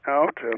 out